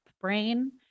brain